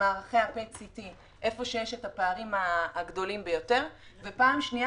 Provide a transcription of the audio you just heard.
מערכי ה-PET-CT איפה שיש פערים גדולים ודבר שני,